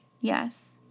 Yes